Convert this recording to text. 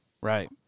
right